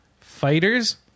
Fighters